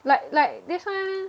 like like this one